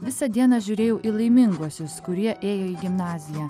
visą dieną žiūrėjau į laiminguosius kurie ėjo į gimnaziją